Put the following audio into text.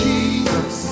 Jesus